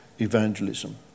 evangelism